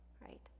right